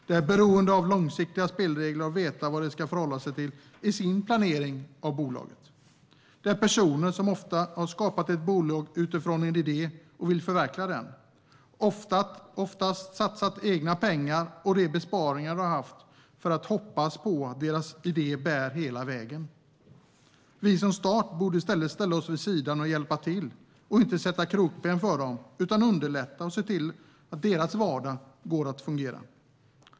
De är beroende av långsiktiga spelregler och att veta vad de ska förhålla sig till i sin planering av bolaget. Det är personer som ofta har skapat ett bolag utifrån en idé och vill förverkliga den. De har oftast satsat egna pengar och de besparingar som de har haft för att hoppas på att deras idé bär hela vägen. Vi som stat borde ställa oss vid sidan och hjälpa till och inte sätta krokben för dem utan underlätta och se till att deras vardag fungerar.